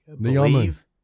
Believe